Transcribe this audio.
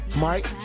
Mike